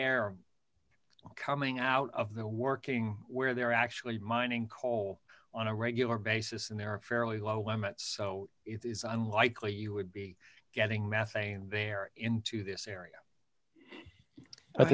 air coming out of the working where they're actually mining coal on a regular basis and they're a fairly low women's so it is unlikely you would be getting methane there into this area o